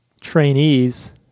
trainees